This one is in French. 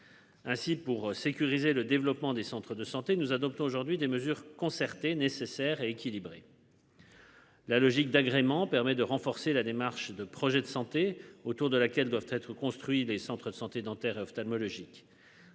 Ainsi pour sécuriser le développement des centres de santé nous adoptons aujourd'hui des mesures concertées nécessaire et équilibrée. La logique d'agrément permet de renforcer la démarche de projet de santé autour de laquelle doivent être construits les centres de santé dentaires et ophtalmologiques